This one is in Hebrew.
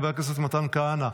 חבר הכנסת מתן כהנא,